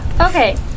Okay